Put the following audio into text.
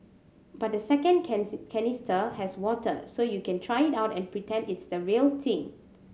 but the second canister has water so you can try it out and pretend it's the real thing